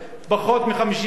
פחות מ-50%.